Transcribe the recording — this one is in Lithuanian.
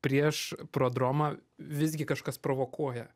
prieš prodromą visgi kažkas provokuoja